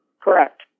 Correct